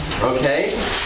Okay